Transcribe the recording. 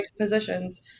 positions